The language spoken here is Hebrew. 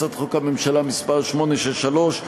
הצעות חוק הממשלה מס' 863,